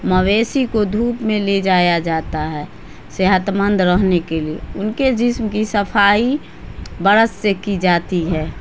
مویشی کو دھوپ میں لے جایا جاتا ہے صحت مند رہنے کے لیے ان کے جسم کی صفائی برش سے کی جاتی ہے